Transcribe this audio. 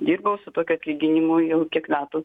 dirbau su tokiu atlyginimu jau kiek metų